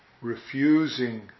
refusing